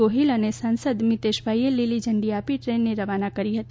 ગોહિલ અને સાંસદ મિતેશભાઈએ લીલી ઝંડી આપીને ટ્રેનને રવાના કરી હતી